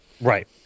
Right